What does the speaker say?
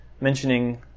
mentioning